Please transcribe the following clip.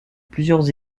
plusieurs